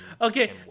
Okay